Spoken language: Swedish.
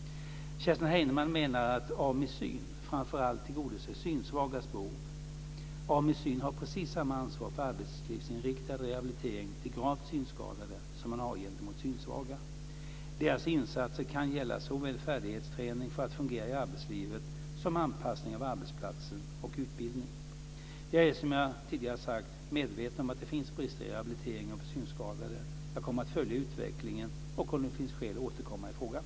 Kerstin Heinemann menar att Ami Syn framför allt tillgodoser synsvagas behov. Ami Syn har precis samma ansvar för arbetslivsinriktad rehabilitering till gravt synskadade som man har gentemot synsvaga. Dess insatser kan gälla såväl färdighetsträning för att fungera i arbetslivet som anpassning av arbetsplatsen och utbildning. Jag är, som jag tidigare sagt, medveten om att det finns brister i rehabiliteringen för synskadade. Jag kommer att följa utvecklingen och om det finns skäl återkomma i frågan.